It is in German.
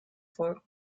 folgen